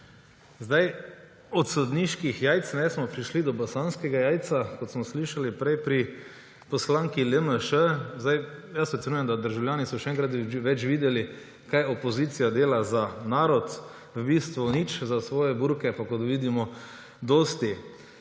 Od sodniških jajc smo prišli do bosanskega jajca, kot smo slišali prej pri poslanki LMŠ. Jaz ocenjujem, da državljani so še enkrat več videli, kaj opozicija dela za narod. V bistvu nič, za svoje burke pa, kot vidimo, dosti.